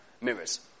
mirrors